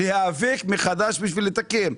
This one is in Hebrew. להיאבק מחדש בשביל לתקן,